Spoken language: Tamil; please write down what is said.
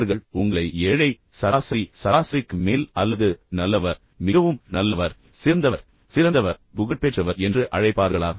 அவர்கள் உங்களை ஏழை சராசரி சராசரிக்கு மேல் அல்லது நல்லவர் மிகவும் நல்லவர் சிறந்தவர் சிறந்தவர் புகழ்பெற்றவர் என்று அழைப்பார்களா